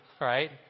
Right